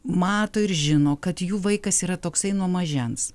mato ir žino kad jų vaikas yra toksai nuo mažens